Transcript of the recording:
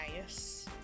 nice